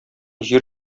җир